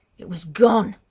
it was gone!